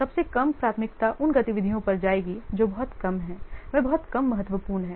सबसे कम प्राथमिकता उन गतिविधियों पर जाएगी जो बहुत कम हैं वे बहुत कम महत्वपूर्ण हैं